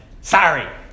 sorry